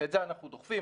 ואת זה אנחנו דוחפים.